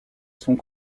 sont